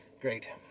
Great